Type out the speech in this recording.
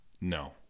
no